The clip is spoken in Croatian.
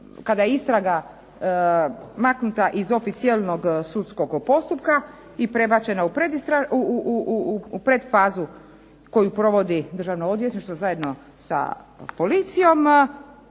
kada je istraga maknuta iz oficijelnog sudskog postupka i prebačena u pretfazu koju provodi Državno odvjetništvo zajedno sa policijom,